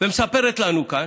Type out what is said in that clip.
ומספרת לנו כאן,